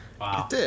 Wow